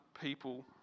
people